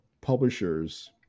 publishers